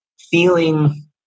feeling